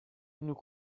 nous